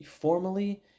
formally